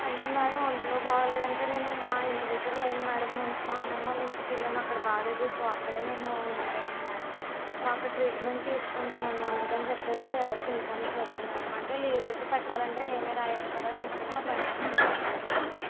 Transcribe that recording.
అంటే మేడం ఒంట్లో బాలేదంటే నేను మా ఇంటిదగ్గర లేను మేడం మా అమ్మమ్మ వాళ్ళ ఇంటికెళ్ళాను అక్కడ బాగాలేదు సో అక్కడే నేను ఉండిపోయాను మేడం సో అక్కడ ట్రీట్మెంట్ తీసుకుంటున్నాను అందుకని చెప్పి ఎవ్వరికి ఇన్ఫార్మ్ చెయ్యలేదు మేడం అంటే లీవ్ లెటర్ పెట్టాలంటే నేనే రాయాలి కదా అని చెప్పి నా ఫ్రెండ్స్కి కూడా చెప్పలేదు మేడం